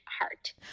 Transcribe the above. heart